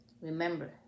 remember